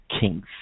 Kings